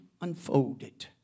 unfolded